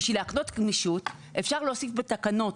כדי להקנות גמישות, תקנות